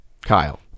Kyle